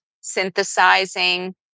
synthesizing